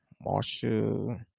Marshall